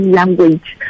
language